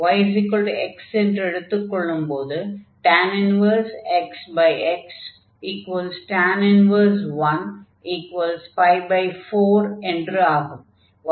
yx என்று எடுத்துக் கொள்ளும்போது xx 4 என்று ஆகும்